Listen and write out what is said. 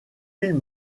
film